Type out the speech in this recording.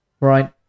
Right